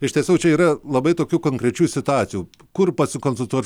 iš tiesų čia yra labai tokių konkrečių situacijų kur pasikonsultuot